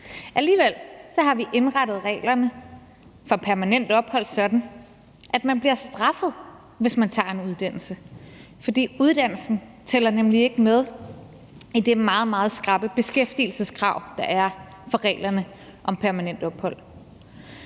Alligevel har vi indrettet reglerne for permanent ophold sådan, at man bliver straffet, hvis man tager en uddannelse, for uddannelsen tæller nemlig ikke med i det meget, meget skrappe beskæftigelseskrav, der er i reglerne om permanent ophold.